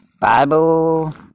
Bible